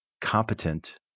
competent